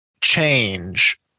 change